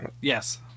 Yes